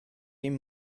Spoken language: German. ihm